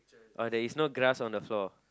oh there is no grass on the floor